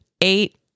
eight